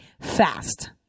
fast